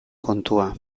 kontua